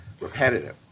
repetitive